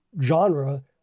genre